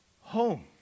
home